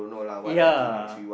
ya